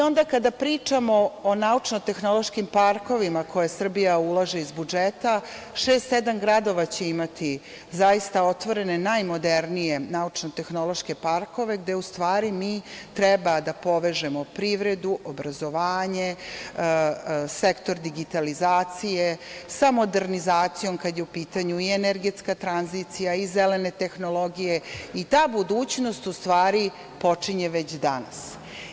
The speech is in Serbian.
Onda kada pričamo o naučnotehnološkim parkovima u koje Srbija ulaže iz budžeta, šest, sedam gradova će imati zaista otvorene najmodernije naučnotehnološke parkove, gde u stvari mi treba da povežemo privredu, obrazovanje, sektor digitalizacije sa modernizacijom, kada je u pitanju i energetska tranzicija i zelene tehnologije i ta budućnost u stvari počinje već danas.